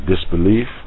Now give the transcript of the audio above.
disbelief